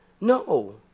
No